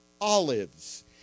Olives